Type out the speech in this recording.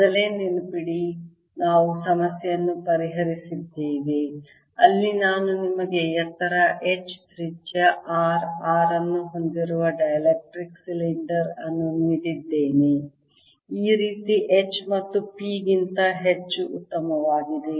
ಮೊದಲೇ ನೆನಪಿಡಿ ನಾವು ಸಮಸ್ಯೆಯನ್ನು ಪರಿಹರಿಸಿದ್ದೇವೆ ಅಲ್ಲಿ ನಾನು ನಿಮಗೆ ಎತ್ತರ H ತ್ರಿಜ್ಯ R R ಅನ್ನು ಹೊಂದಿರುವ ಡೈಎಲೆಕ್ಟ್ರಿಕ್ ಸಿಲಿಂಡರ್ ಅನ್ನು ನೀಡಿದ್ದೇನೆ ಈ ರೀತಿ H ಮತ್ತು P ಗಿಂತ ಹೆಚ್ಚು ಉತ್ತಮವಾಗಿದೆ